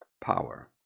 power